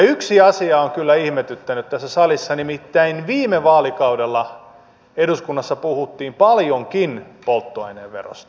yksi asia on kyllä ihmetyttänyt tässä salissa nimittäin viime vaalikaudella eduskunnassa puhuttiin paljonkin polttoaineverosta